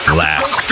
last